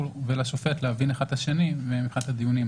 ולשופט להבין אחד את השני מבחינת הדיונים.